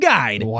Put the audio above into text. Guide